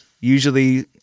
Usually